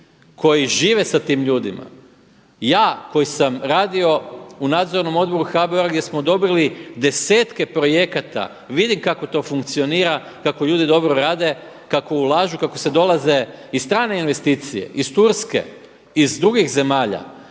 koji žive sa tim ljudima, ja koji sam radio u Nadzornom odboru HBOR-a gdje smo odobrili desetke projekata vidim kako to funkcionira, kako ljudi dobro rade, kako ulažu, kako sad dolaze i strane investicije iz Turske, iz drugih zemalja,